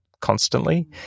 constantly